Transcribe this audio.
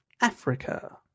Africa